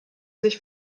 sich